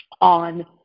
on